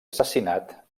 assassinat